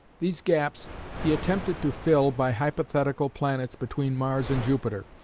these gaps he attempted to fill by hypothetical planets between mars and jupiter,